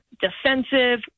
defensive